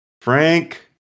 Frank